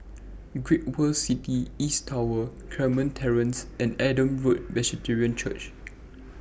Great World City East Tower Carmen Terrace and Adam Road Presbyterian Church